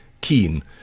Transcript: keen